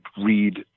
read